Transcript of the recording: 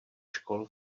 škol